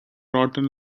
rotten